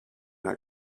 not